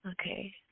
Okay